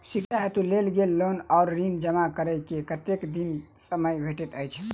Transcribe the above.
शिक्षा हेतु लेल गेल लोन वा ऋण जमा करै केँ कतेक दिनक समय भेटैत अछि?